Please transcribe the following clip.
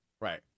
Right